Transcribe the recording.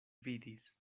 vidis